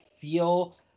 feel